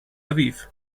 aviv